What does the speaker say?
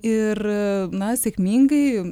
ir na sėkmingai